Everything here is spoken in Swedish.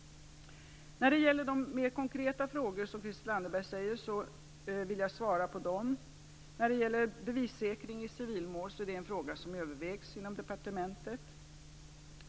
Jag vill kommentera de mer konkreta åtgärder som Bevissäkring i civilmål är en fråga som övervägs inom departementet.